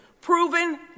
Proven